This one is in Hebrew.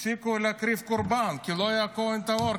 הפסיקו להקריב קורבן כי לא היה כוהן טהור,